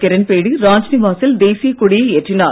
கிரண் பேடி ராஜ்நிவாசில் தேசியக் கொடியை ஏற்றினார்